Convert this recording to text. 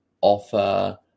offer